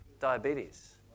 diabetes